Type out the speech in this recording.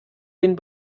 den